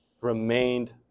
remained